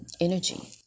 energy